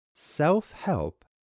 Self-help